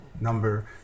number